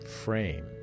frame